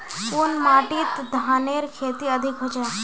कुन माटित धानेर खेती अधिक होचे?